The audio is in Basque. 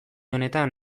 honetan